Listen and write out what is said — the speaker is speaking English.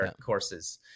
courses